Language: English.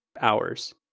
hours